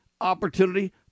opportunity